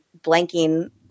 blanking